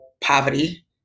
Poverty